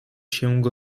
się